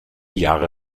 jahre